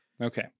Okay